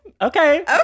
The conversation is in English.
Okay